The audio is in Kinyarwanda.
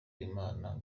w’imana